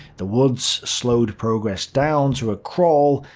the woods slowed progress down to a crawl,